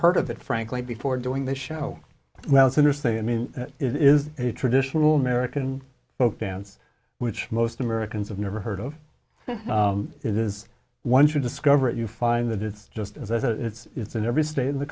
heard of it frankly before doing this show well it's interesting i mean it is a traditional american folk dance which most americans have never heard of it is once you discover it you find that it's just as a it's in every state in the